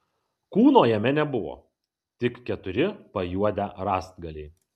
kūno jame nebuvo tik keturi pajuodę rąstgaliai